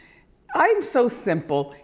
i'm so simple.